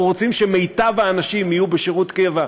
אנחנו רוצים שמיטב האנשים יהיו בשירות קבע,